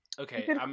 okay